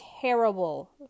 terrible